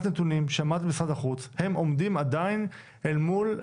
על פי משרד החוץ המסמך שיצא מידיכם בחודש נובמבר עדיין עומד תקף,